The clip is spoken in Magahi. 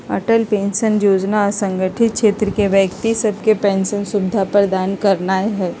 अटल पेंशन जोजना असंगठित क्षेत्र के व्यक्ति सभके पेंशन सुविधा प्रदान करनाइ हइ